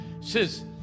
says